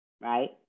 right